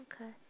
Okay